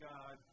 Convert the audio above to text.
God